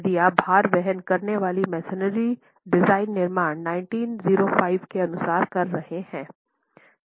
यदि आप भार वहन करने वाली मैसनरी डिजाइन निर्माण 1905 के अनुसार कर रहे हैं